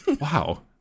Wow